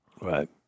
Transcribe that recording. Right